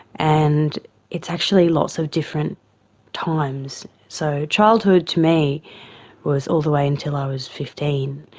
and it's actually lots of different times. so childhood to me was all the way until i was fifteen.